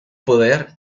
poder